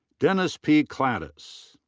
dennis p. cladis.